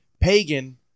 pagan